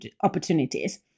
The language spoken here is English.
opportunities